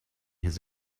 his